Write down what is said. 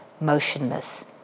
motionless